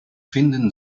finden